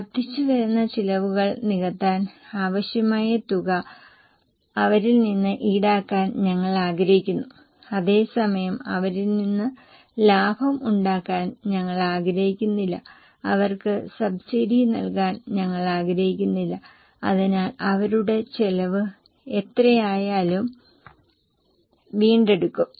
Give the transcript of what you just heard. വർദ്ധിച്ചുവരുന്ന ചിലവുകൾ നികത്താൻ ആവശ്യമായ തുക അവരിൽ നിന്ന് ഈടാക്കാൻ ഞങ്ങൾ ആഗ്രഹിക്കുന്നു അതേ സമയം അവരിൽ നിന്ന് ലാഭം ഉണ്ടാക്കാൻ ഞങ്ങൾ ആഗ്രഹിക്കുന്നില്ല അവർക്ക് സബ്സിഡി നൽകാൻ ഞങ്ങൾ ആഗ്രഹിക്കുന്നില്ല അതിനാൽ അവരുടെ ചെലവ് എത്രയായാലും വീണ്ടെടുക്കും